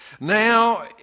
Now